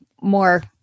more